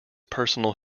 personal